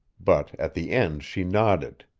but at the end she nodded.